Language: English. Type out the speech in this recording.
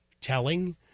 telling